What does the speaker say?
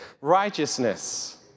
righteousness